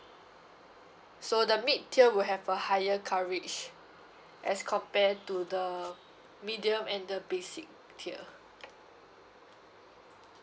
so the mid tier will have a higher coverage as compared to the medium and the basic tier